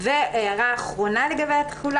אני חושבת על מכבי שעריים והפועל